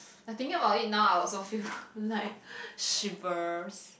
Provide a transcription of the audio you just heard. I'm thinking about it now I also feel like shivers